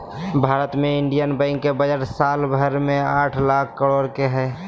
भारत मे इन्डियन बैंको के बजट साल भर मे आठ लाख करोड के हय